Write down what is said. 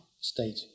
state